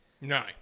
No